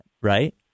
right